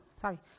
sorry